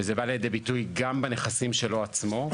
וזה בא לידי ביטוי גם בנכסים שלו עצמו.